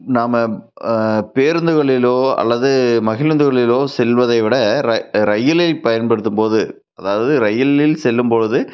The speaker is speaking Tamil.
நாம் பேருந்துகளிலோ அல்லது மகிழுந்துகளிலோ செல்வதை விட ர ரயிலில் பயன்படுத்தும் போது அதாவது ரயிலில் செல்லும் பொழுது